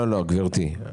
גברתי,